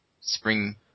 spring